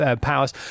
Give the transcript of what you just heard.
Powers